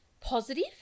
positive